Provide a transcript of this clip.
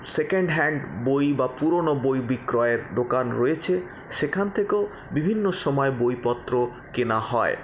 second hand বই বা পুরোনো বই বিক্রয়ের দোকান রয়েছে সেখান থেকেও বিভিন্ন সময়ে বইপত্র কেনা হয়